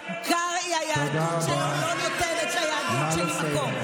היהדות של קרעי לא נותנת ליהדות שלי מקום,